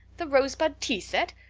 the rosebud tea set!